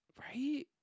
Right